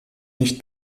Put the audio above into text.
nicht